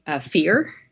Fear